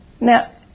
Now